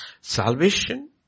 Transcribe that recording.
Salvation